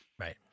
Right